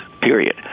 period